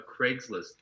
Craigslist